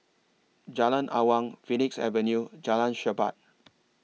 Jalan Awang Phoenix Avenue Jalan Chermat